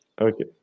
Okay